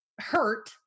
hurt